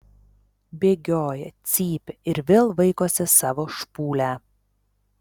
bėgioja cypia ir vėl vaikosi savo špūlę